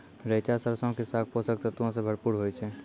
रैचा सरसो के साग पोषक तत्वो से भरपूर होय छै